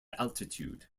altitude